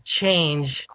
change